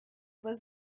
was